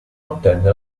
ottenne